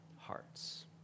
Hearts